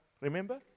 remember